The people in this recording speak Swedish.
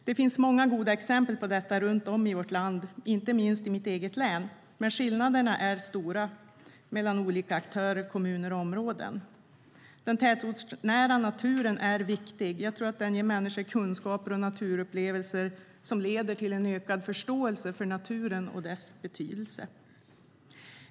Det finns många goda exempel på detta runt om i vårt land, inte minst i mitt eget län. Men skillnaderna är stora mellan olika aktörer, kommuner och områden. Den tätortsnära naturen är viktig. Den ger människor kunskaper och naturupplevelser som leder till en ökad förståelse för naturen och dess betydelse.